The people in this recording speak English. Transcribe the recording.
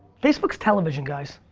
facebook's television guys.